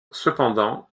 cependant